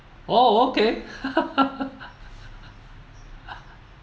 oh okay